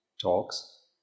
talks